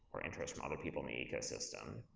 or interest from other people in the ecosystem.